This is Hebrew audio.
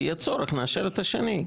יהיה צורך נאשר את השני.